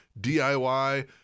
DIY